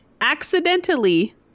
Accidentally